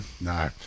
No